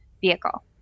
vehicle